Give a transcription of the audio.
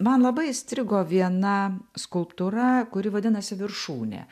man labai įstrigo viena skulptūra kuri vadinasi viršūnė